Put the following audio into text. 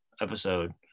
episode